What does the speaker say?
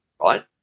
right